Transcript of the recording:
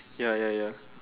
ya ya ya